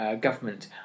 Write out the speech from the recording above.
government